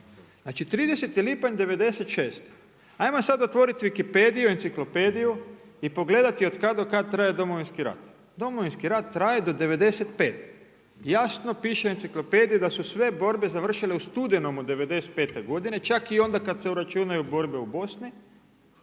Znači 30. lipanj '96. Ajmo sada otvoriti wikipediu, enciklopediju i pogledati otkada do kada traje Domovinski rat. Domovinski rat traje do '95. Jasno piše u enciklopediji da su sve borbe završile u studenom '95. godine čak i onda kada se uračunaju borbe u Bosni